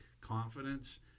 confidence